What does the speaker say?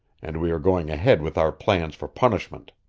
and we are going ahead with our plans for punishment.